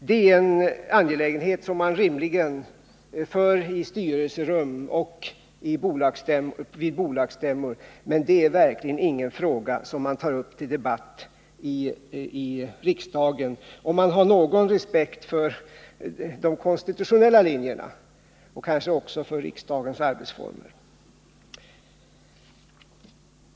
Det är en angelägenhet som rimligen diskuteras i styrelserum och vid bolagsstämmor. Men det är verkligen inte en fråga som man tar upp till debatt i riksdagen, om man har någon respekt för de konstitutionella linjerna och kanske också för riksdagens arbetsformer.